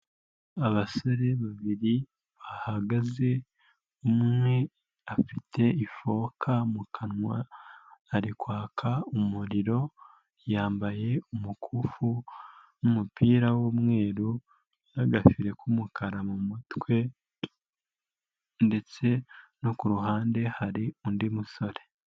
Abasore babiri bahagaze, umwe afite ifoka mu kanwa, ari kwaka umuriro, yambaye umukufi n'umupira w'umweru, n'agafere k'umukara mu mutwe, ndetse no ku ruhande hari undi musore.